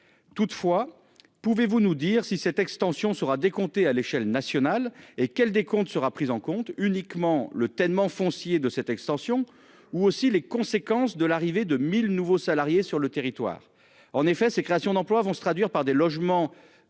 Toutefois, pouvez-vous nous dire si cette extension sera décompté à l'échelle nationale et quel décompte sera prise en compte uniquement le tellement foncier de cette extension ou aussi les conséquences de l'arrivée 2000 nouveaux salariés sur le territoire. En effet, ces créations d'emplois vont se traduire par des logements